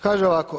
Kaže ovako.